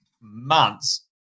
months